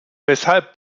weshalb